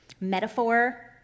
metaphor